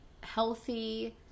healthy